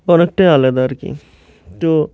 অনেকটাই আলাদা আর কি তো